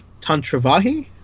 Tantravahi